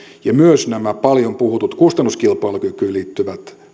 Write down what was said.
ja myöskään näitä paljon puhuttuja kustannuskilpailukykyyn liittyviä